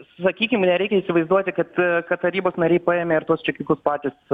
sakykime nereikia įsivaizduoti kad kad tarybos nariai paėmė ir tuos čekiukus patys